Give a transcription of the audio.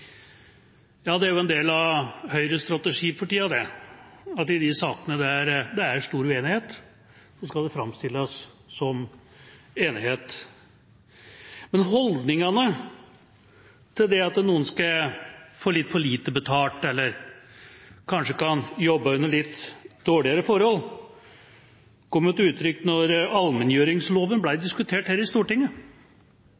Ja, det er jo en del av Høyres strategi for tida at i de sakene der det er stor uenighet, skal det framstilles som om det er enighet. Men holdningene at noen skal få litt for lite betalt eller kanskje kan jobbe under litt dårligere forhold, kom til uttrykk da allmenngjøringsloven